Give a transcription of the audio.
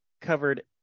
covered